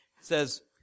says